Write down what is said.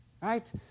right